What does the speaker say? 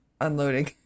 unloading